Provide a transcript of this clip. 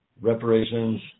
reparations